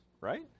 Right